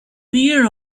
pierre